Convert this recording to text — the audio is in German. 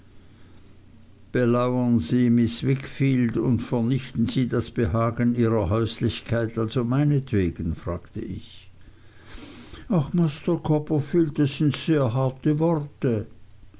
belauern sie miß wickfield und vernichten sie das behagen ihrer häuslichkeit also meinetwegen fragte ich ach master copperfield das sin sehr harte worte